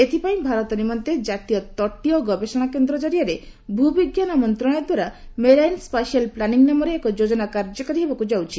ଏଥିପାଇଁ ଭାରତ ନିମନ୍ତେ ଜାତୀୟ ତଟିୟ ଗବେଷଣା କେନ୍ଦ୍ର ଜରିଆରେ ଭୂବିଜ୍ଞାନ ମନ୍ତ୍ରଣାଳୟ ଦ୍ୱାରା ମେରାଇନ ସ୍କାଶିଆଲ ପ୍ଲାନିଂ ନାମରେ ଏକ ଯୋଜନା କାର୍ଯ୍ୟକାରୀ ହେବାକୁ ଯାଉଛି